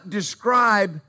describe